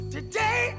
Today